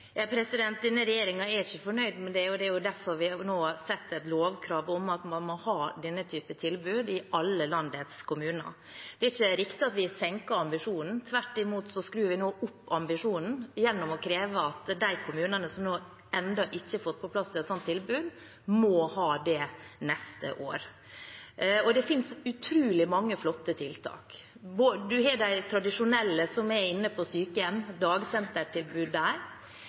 Denne regjeringen er ikke fornøyd med det, og det er derfor vi nå setter et lovkrav om at man må ha denne typen tilbud i alle landets kommuner. Det er ikke riktig at vi senker ambisjonene. Tvert imot skrur vi nå opp ambisjonene gjennom å kreve at de kommunene som ennå ikke har fått på plass et slikt tilbud, må ha det neste år. Og det finnes utrolig mange flotte tiltak. Man har de tradisjonelle, som er inne på sykehjem, dagsentertilbud der,